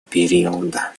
периода